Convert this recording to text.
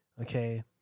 Okay